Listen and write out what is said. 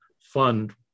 fund